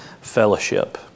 fellowship